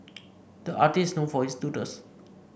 the artist is known for his doodles